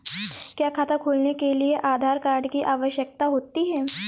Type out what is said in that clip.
क्या खाता खोलने के लिए आधार कार्ड की आवश्यकता होती है?